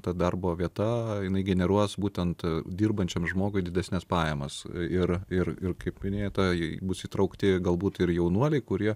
ta darbo vieta jinai generuos būtent dirbančiam žmogui didesnes pajamas ir ir ir kaip minėta jei bus įtraukti galbūt ir jaunuoliai kurie